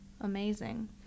amazing